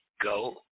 go